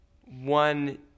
one